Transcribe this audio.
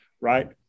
right